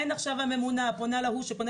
אין דבר כזה שהממונה פונה להוא שפונה